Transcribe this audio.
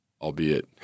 albeit